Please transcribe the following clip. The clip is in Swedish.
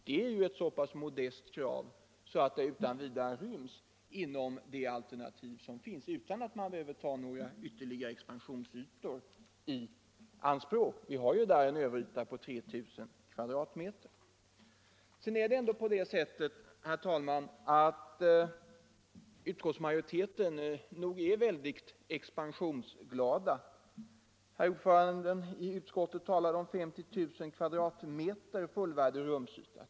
Det är ett så pass modest krav att det utan vidare ryms inom det alternativ som finns, H 2, utan att man behöver ta några ytterligare expansionsytor i anspråk. Vi har ju där en överyta på 3000 m". Det är nog så, herr talman, att utskottsmajoriteten är expansionsglad. Utskottets ordförande talade om 50 000 m?” fullvärdig rumsyta.